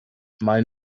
mein